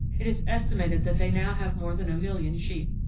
it is estimated that they now have more than a million sheep.